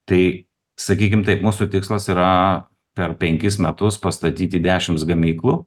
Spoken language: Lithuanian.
tai sakykim taip mūsų tikslas yra per penkis metus pastatyti dešims gamyklų